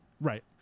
right